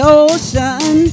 ocean